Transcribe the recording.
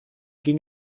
ging